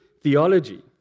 theology